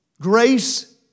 Grace